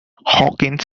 hawkins